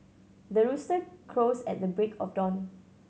the rooster crows at the break of dawn